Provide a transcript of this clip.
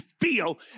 feel